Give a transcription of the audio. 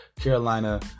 Carolina